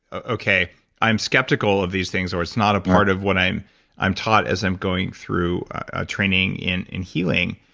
okay i'm skeptical of these things, or it's not a point of what i'm i'm taught as i'm going through a training in in healing.